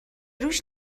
روش